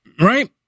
right